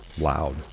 loud